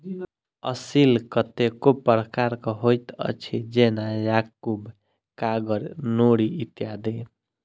असील कतेको प्रकारक होइत अछि, जेना याकूब, कागर, नूरी इत्यादि